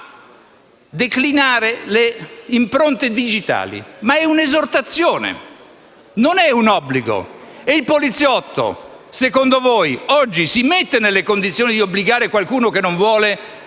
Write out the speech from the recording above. declinare le impronte digitali. È però un'esortazione, non è un obbligo; e il poliziotto, secondo voi, oggi si mette nelle condizioni di obbligare qualcuno che non vuole